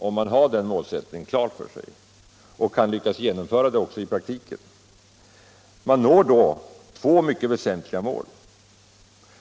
Om man har den målsättningen klar för sig och lyckas genomföra den i praktiken når man två väsentliga mål.